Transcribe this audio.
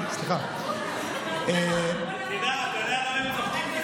אתה יודע למה הם צוחקים?